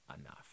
enough